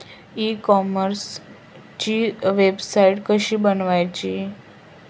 E कॉमर्सची website कशी बनवची?